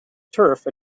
turf